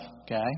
okay